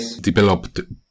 developed